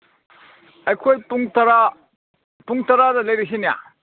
ꯑꯩꯈꯣꯏ ꯄꯨꯡ ꯇꯔꯥ ꯄꯨꯡ ꯇꯔꯥꯗ ꯂꯩꯔꯁꯤꯅꯦ